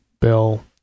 Bill